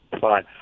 fine